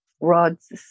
Rod's